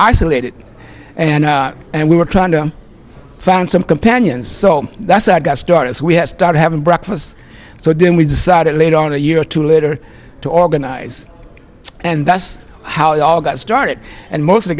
isolated and and we were trying to found some companions so that's a good start as we had started having breakfast so then we decided late on a year or two later to organize and that's how it all got started and most of the